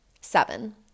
Seven